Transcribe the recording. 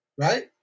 right